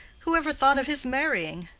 who ever thought of his marrying?